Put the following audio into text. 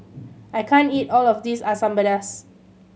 I can't eat all of this Asam Pedas